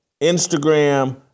instagram